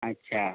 আচ্ছা